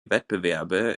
wettbewerbe